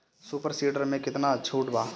Super seeder मै कितना छुट बा?